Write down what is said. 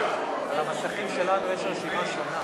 על המסכים שלנו יש רשימה שונה.